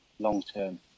long-term